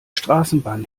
straßenbahn